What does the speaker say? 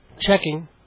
Checking